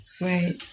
Right